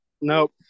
Nope